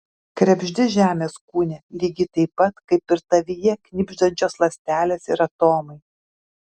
krebždi žemės kūne lygiai taip pat kaip ir tavyje knibždančios ląstelės ir atomai